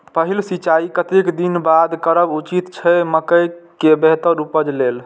पहिल सिंचाई कतेक दिन बाद करब उचित छे मके के बेहतर उपज लेल?